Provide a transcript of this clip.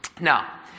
Now